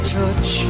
touch